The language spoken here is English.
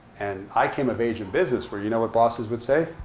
and i came of age in business where you know what bosses would say?